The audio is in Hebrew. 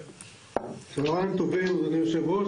צוהריים טובים אדוני היושב-ראש,